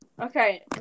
Okay